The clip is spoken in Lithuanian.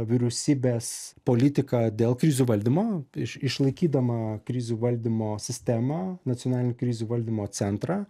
vyriausybės politiką dėl krizių valdymo iš išlaikydama krizių valdymo sistemą nacionalinį krizių valdymo centrą